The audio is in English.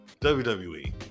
WWE